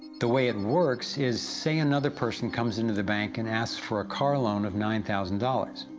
the way it works is, say another person comes into the bank and asks for a car loan of nine thousand dollars.